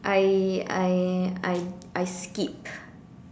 I I I I skip